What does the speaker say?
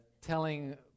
telling